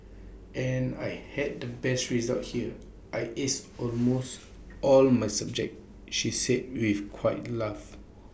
and I had the best results here I ace almost all of my subjects she says with quiet laugh